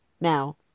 Now